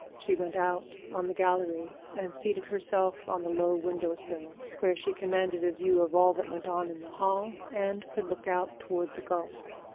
she went out on the gallery and seated herself on the low window-sill, where she commanded a view of all that went on in the hall and could look out toward the gulf.